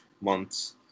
months